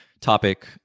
topic